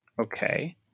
Okay